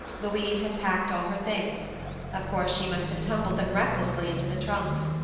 louise had packed all her things of course she must have tumbled them recklessly into the trunks.